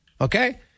Okay